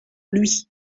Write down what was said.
lui